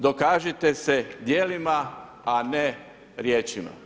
Dokažite se djelima, a ne riječima.